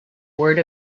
word